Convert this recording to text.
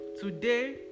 today